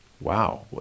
Wow